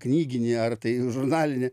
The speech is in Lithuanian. knyginė ar tai žurnalinė